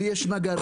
לי יש נגריה,